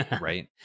right